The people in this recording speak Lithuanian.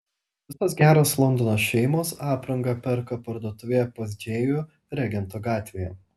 visos geros londono šeimos aprangą perka parduotuvėje pas džėjų regento gatvėje